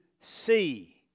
see